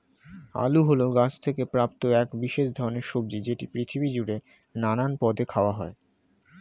আলু হল গাছ থেকে প্রাপ্ত এক বিশেষ ধরণের সবজি যেটি পৃথিবী জুড়ে নানান পদে খাওয়া হয়